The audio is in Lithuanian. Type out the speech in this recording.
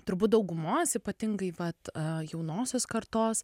turbūt daugumos ypatingai vat jaunosios kartos